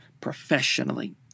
professionally